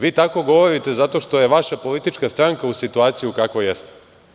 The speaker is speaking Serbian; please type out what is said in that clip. Vi tako govorite zato što je vaša politička stranka u situaciji u kakvoj jeste.